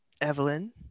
Evelyn